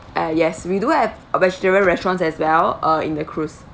ah yes we do have a vegetarian restaurant as well uh in the cruise